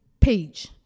page